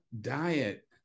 diet